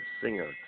singer